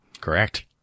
Correct